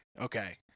Okay